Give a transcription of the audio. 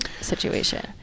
situation